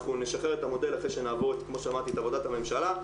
אנחנו נשחרר את המודל אחרי שנעבור כמו שאמרתי את עבודת הממשלה,